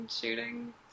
shooting